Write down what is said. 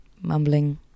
mumbling